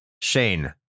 Shane